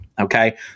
Okay